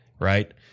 right